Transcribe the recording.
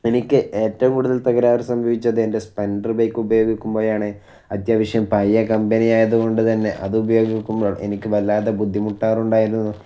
എനിക്ക് ഏറ്റവും കൂടുതൽ തകരാർ സംഭവിച്ചത് എൻ്റെ സ്പലൻഡർ ബൈക്ക് ഉപയോഗിക്കുമ്പോഴാണ് അത്യാവശ്യം പഴയ കമ്പനി ആയത് കൊണ്ട് തന്നെ അത് ഉപയോഗിക്കുമ്പോൾ എനിക്ക് വല്ലാതെ ബുദ്ധിമുട്ടാറുണ്ടായിരുന്നു